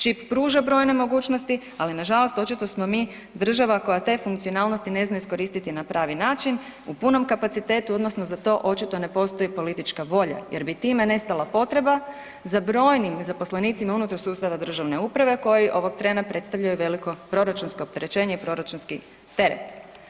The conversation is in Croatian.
Čip pruža brojne mogućnosti, ali nažalost očito smo mi država koja te funkcionalnosti ne zna iskoristiti na pravi način, u punom kapacitetu odnosno za to očito ne postoji politička volja jer bi time nestala potreba za brojnim zaposlenicima unutar sustava državne uprave koji ovog trena predstavljaju veliko proračunsko opterećenje i proračunski teret.